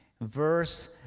verse